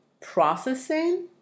processing